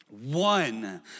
One